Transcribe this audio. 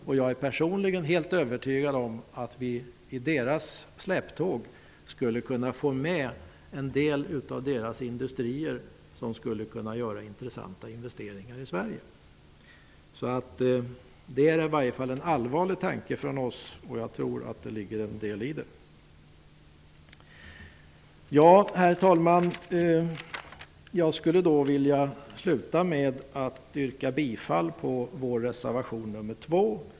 Personligen är jag helt övertygad om att vi så att säga i de här ländernas släptåg skulle kunna få med en del av deras industrier som skulle kunna göra intressanta investeringar i Sverige. Vad som här framförts är en allvarlig tanke från vår sida. Jag tror att det ligger en del i den. Herr talman! Slutligen yrkar jag bifall till vår reservation nr 2.